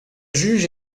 juge